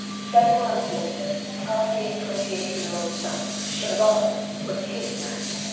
seven months later, taseer's twenty eight year old son, shahbaz, was kidnapped.